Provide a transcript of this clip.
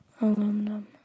Aluminum